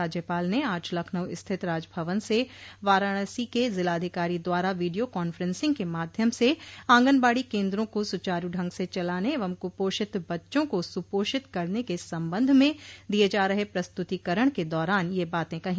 राज्यपाल ने आज लखनऊ स्थित राजभवन से वाराणसी के जिलाधिकारी द्वारा वीडियो कांफ्रेंसिंग के माध्यम से आंगनबाड़ी केन्द्रों को सुचारू ढंग से चलाने एवं कुपोषित बच्चों को सुपोषित करने के संबंध में दिये जा रहे प्रस्तुतीकरण के दौरान यह बात कही